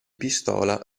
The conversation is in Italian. pistola